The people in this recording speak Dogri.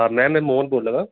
मैम में मोहन बोला न